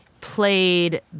played